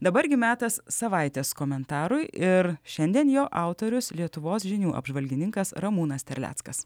dabar gi metas savaitės komentarui ir šiandien jo autorius lietuvos žinių apžvalgininkas ramūnas terleckas